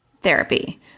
therapy